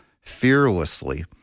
fearlessly